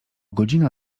godzina